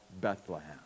Bethlehem